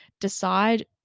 decide